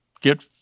get